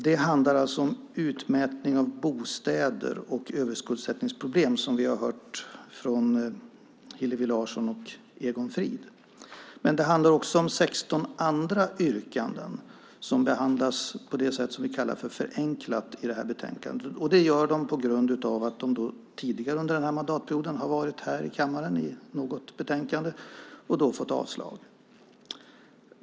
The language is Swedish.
Det handlar alltså om utmätning av bostäder och överskuldsättningsproblem som vi har hört från Hillevi Larsson och Egon Frid. Men det handlar också om 16 andra yrkanden som behandlas i det här betänkandet på det sätt som vi kallar förenklat. Det gör de på grund av att de tidigare under den här mandatperioden har varit här i kammaren i något betänkande och då fått avslag.